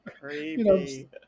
creepy